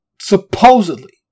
supposedly